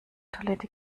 toilette